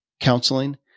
counseling